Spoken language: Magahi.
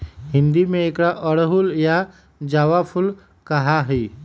हिंदी में एकरा अड़हुल या जावा फुल कहा ही